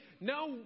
no